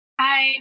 Hi